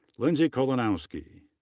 lindsey kolanowski.